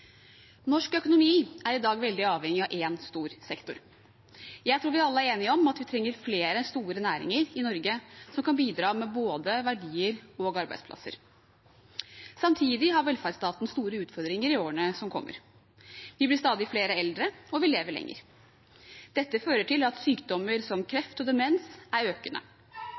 i dag veldig avhengig av én stor sektor. Jeg tror vi alle er enige om at vi trenger flere store næringer i Norge som kan bidra med både verdier og arbeidsplasser. Samtidig har velferdsstaten store utfordringer i årene som kommer. Vi blir stadig flere eldre, og vi lever lenger. Dette fører til at forekomsten av sykdommer som kreft og demens er økende.